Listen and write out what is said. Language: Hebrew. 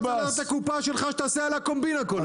לא לקופה שלך שתעשה עליה קומבינה כל היום.